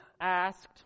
asked